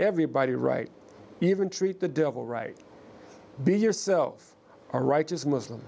everybody right even treat the devil right be yourself a righteous muslim